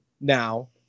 now